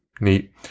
neat